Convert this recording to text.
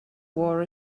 war